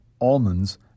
almonds